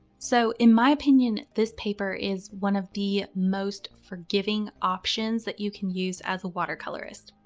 so in my opinion, this paper is one of the most forgiving options that you can use as a water colorist.